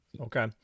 Okay